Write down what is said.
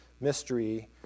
mystery